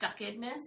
stuckedness